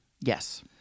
Yes